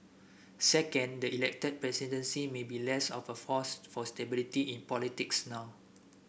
second the elected presidency may be less of a force for stability in politics now